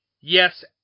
Yes